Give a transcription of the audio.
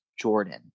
Jordan